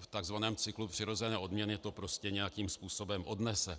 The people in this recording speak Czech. v takzvaném cyklu přirozené obměny, to prostě nějakým způsobem odnese.